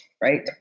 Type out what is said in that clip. Right